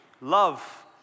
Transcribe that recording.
Love